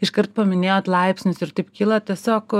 iškart paminėjot laipsnius ir taip kyla tiesiog